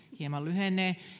hieman lyhenevät